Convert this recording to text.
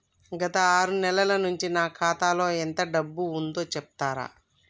గత ఆరు నెలల నుంచి నా ఖాతా లో ఎంత డబ్బు ఉందో చెప్తరా?